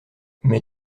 mais